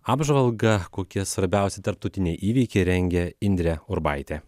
apžvalgą kokie svarbiausi tarptautiniai įvykiai rengia indrė urbaitė